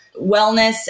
wellness